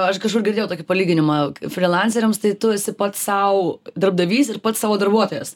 aš kažkur girdėjau tokį palyginimą frilanceriams tai tu esi pats sau darbdavys ir pats savo darbuotojas